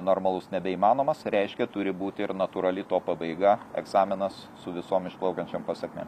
normalus nebeįmanomas reiškia turi būti ir natūrali to pabaiga egzaminas su visom išplaukiančiom pasekmėm